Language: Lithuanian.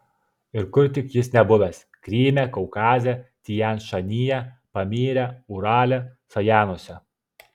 ir kur tik jis nebuvęs kryme kaukaze tian šanyje pamyre urale sajanuose